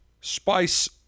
spice